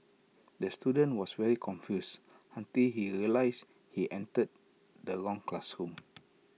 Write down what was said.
the student was very confused until he realised he entered the wrong classroom